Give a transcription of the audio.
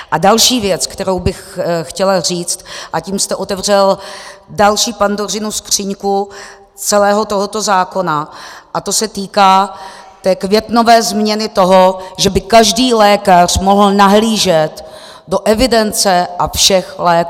A další věc, kterou bych chtěla říct, a tím jste otevřel další Pandořinu skříňku celého tohoto zákona, a to se týká té květnové změny toho, že by každý lékař mohl nahlížet do evidence a všech léků.